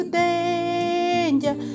danger